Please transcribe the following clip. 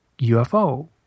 UFO